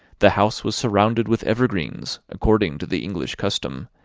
the house was surrounded with evergreens, according to the english custom,